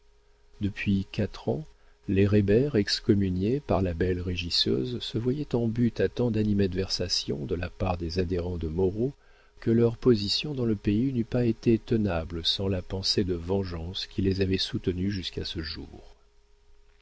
depuis quatre ans les reybert excommuniés par la belle régisseuse se voyaient en butte à tant d'animadversion de la part des adhérents de moreau que leur position dans le pays n'eût pas été tenable sans la pensée de vengeance qui les avait soutenus jusqu'à ce jour